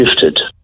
shifted